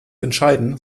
entscheiden